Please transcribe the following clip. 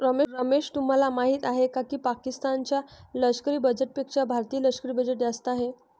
रमेश तुम्हाला माहिती आहे की पाकिस्तान च्या लष्करी बजेटपेक्षा भारतीय लष्करी बजेट जास्त आहे